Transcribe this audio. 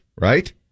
right